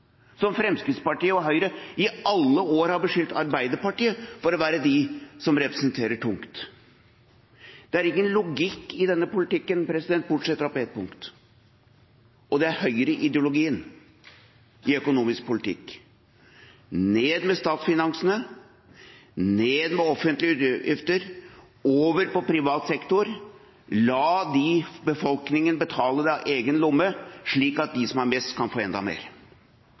som Fremskrittspartiet og Høyre i alle år har beskyldt Arbeiderpartiet for å representere tungt. Det er ingen logikk i denne politikken, bortsett fra på ett punkt – og det er høyreideologien i økonomisk politikk: ned med statsfinansene, ned med offentlige utgifter, over på privat sektor – la befolkningen betale det av egen lomme, slik at de som har mest, kan få enda mer.